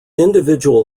individual